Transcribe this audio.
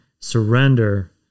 surrender